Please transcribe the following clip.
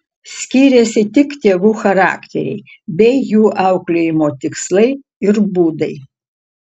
skyrėsi tik tėvų charakteriai bei jų auklėjimo tikslai ir būdai